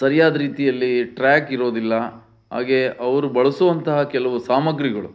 ಸರ್ಯಾದ ರೀತಿಯಲ್ಲಿ ಟ್ರ್ಯಾಕ್ ಇರೋದಿಲ್ಲ ಹಾಗೇ ಅವ್ರು ಬಳಸುವಂತಹ ಕೆಲವು ಸಾಮಗ್ರಿಗಳು